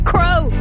Crow